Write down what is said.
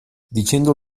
dicendo